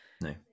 no